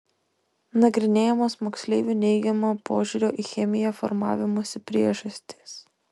nagrinėjamos moksleivių neigiamo požiūrio į chemiją formavimosi priežastys